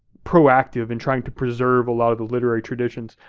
proactive in trying to preserve a lot of the literary traditions,